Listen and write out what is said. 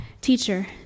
Teacher